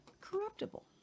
corruptible